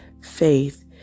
faith